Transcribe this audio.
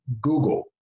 Google